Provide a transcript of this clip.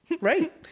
Right